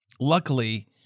Luckily